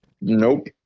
Nope